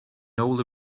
older